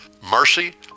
mercy